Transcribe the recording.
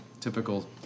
typical